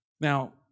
Now